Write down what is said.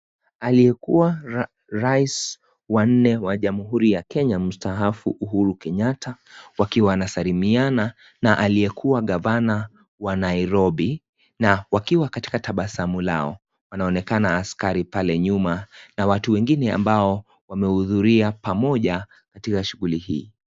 Aliyekuwa raisi wa nne wa jamuhuri ya Kenya, mstaafu Uhuru Kenyatta, wakiwa wanasalamiana na aliyekuwa gavana wa Nairobi na wakiwa katika tabasamu lao. Wanaonekana askari pale nyuma na watu wengine ambao wameudhuria pamoja, katika shughuli hii.